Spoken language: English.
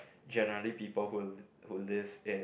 generally people who who live in